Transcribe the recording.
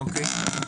אוקיי.